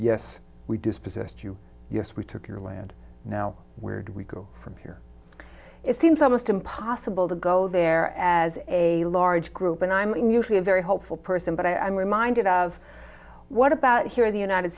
yes we dispossessed you yes we took your land now where do we go from here it seems almost impossible to go there as a large group and i'm usually a very hopeful person but i'm reminded of what about here in the united